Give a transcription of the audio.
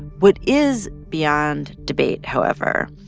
what is beyond debate, however,